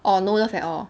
or no love at all